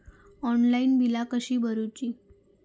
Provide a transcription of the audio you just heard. Online बिला कशी भरूची?